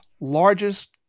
largest